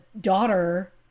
daughter